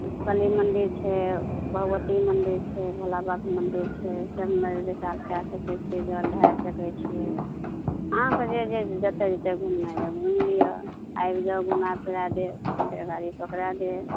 कली मन्दिर छै भगवती मन्दिर छै भोला बाबाके मन्दिर छै सब कए सकै छियै जल ढारि सकै छियै अहाँके जे जे जतऽ जतऽ घुमनाइ यऽ घुमि लिअ आबि जाउ घुमा फिरा देब फेर गाड़ी पकड़ाए देब